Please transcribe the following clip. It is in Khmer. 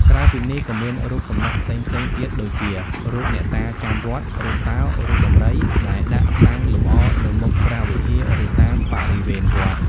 ក្រៅពីនេះ ក៏មានរូបសំណាកផ្សេងៗទៀតដូចជា រូបអ្នកតាចាំវត្ត រូបតោ រូបដំរី ដែលដាក់តាំងលម្អនៅមុខព្រះវិហារ ឬតាមបរិវេណវត្ត។